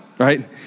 Right